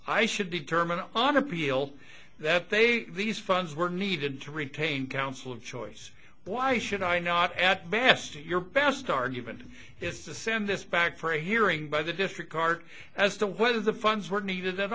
i should be determined on appeal that they these funds were needed to retain counsel of choice why should i not at best your best argument is to send this back for a hearing by the district guard as to whether the funds were needed at